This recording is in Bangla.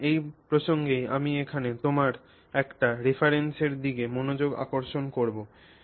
সুতরাং এই প্রসঙ্গেই আমি এখানে তোমার একটি রেফারেন্সের দিকে মনোযোগ আকর্ষণ করব